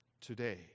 Today